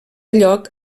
lloc